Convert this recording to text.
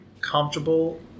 comfortable